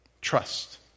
Trust